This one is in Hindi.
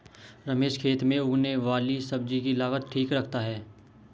रमेश खेत में उगने वाली सब्जी की लागत ठीक रखता है